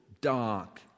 dark